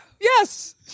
Yes